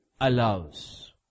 allows